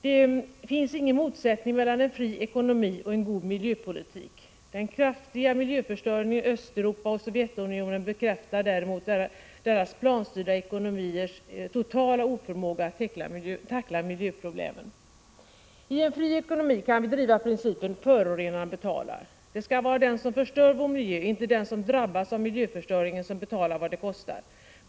Det finns ingen motsättning mellan en fri ekonomi och en god miljöpolitik. Den kraftiga miljöförstöringen i Östeuropa och Sovjetunionen bekräftar däremot deras planstyrda ekonomiers totala oförmåga att tackla miljöproblemen. I en fri ekonomi kan vi driva principen ”förorenaren betalar”. Det skall vara den som förstör vår miljö, inte den som drabbas av miljöförstöringen, som betalar vad det kostar.